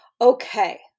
Okay